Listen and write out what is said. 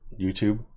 YouTube